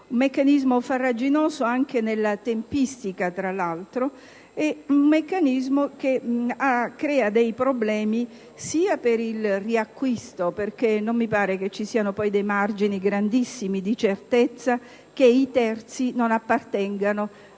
un meccanismo farraginoso anche nella tempistica e che crea dei problemi sia per il riacquisto - perché non mi pare che ci siano dei margini grandissimi di certezza che i terzi non appartengano